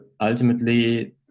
ultimately